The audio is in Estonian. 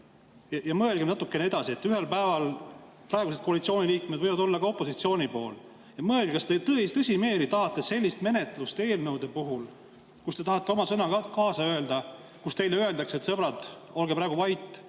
Ja mõelge natukene edasi. Ühel päeval praegused koalitsiooniliikmed võivad olla opositsiooni poolel. Mõelge, kas te tõemeeli tahate sellist menetlust eelnõude puhul, kus te tahate sõna kaasa öelda, aga teile öeldakse, et sõbrad, olge praegu vait,